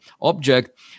object